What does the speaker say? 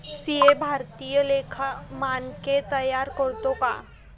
CA भारतीय लेखा मानके तयार करतो का